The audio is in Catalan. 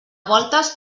voltes